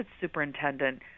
superintendent